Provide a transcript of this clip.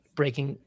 breaking